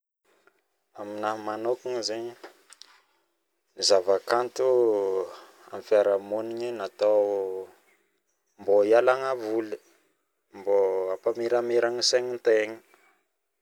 Aminahy manokagna zaigny ny zavakanto am fiarahaminigny natao mbao hialagna voly mbao hampamiramiragna saignitegna